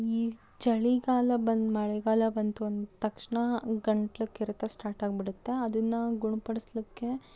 ಈ ಚಳಿಗಾಲ ಬಂದು ಮಳೆಗಾಲ ಬಂತು ಅಂದ ತಕ್ಷಣ ಗಂಟ್ಲು ಕೆರೆತ ಸ್ಟಾಟ್ ಆಗಿಬಿಡುತ್ತೆ ಅದನ್ನು ಗುಣಪಡಿಸ್ಲಿಕ್ಕೆ